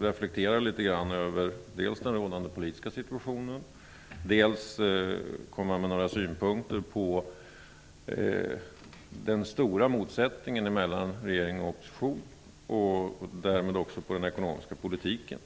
reflektera litet grand över den rådande politiska situationen, dels komma med några synpunkter på den stora motsättningen mellan regering och opposition, och därmed också på den ekonomiska politiken.